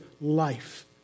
life